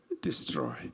destroy